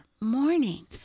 morning